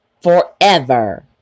forever